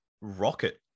rocket